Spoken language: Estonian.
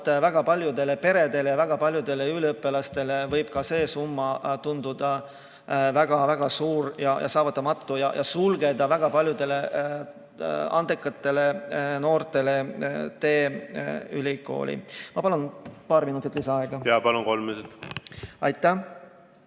väga paljudele peredele ja väga paljudele üliõpilastele võib ka see summa tunduda väga-väga suur ja saavutamatu ning sulgeda väga paljudele andekatele noortele tee ülikooli. Ma palun paar minutit lisaaega. Jaa, palun, kolm minutit. Jaa,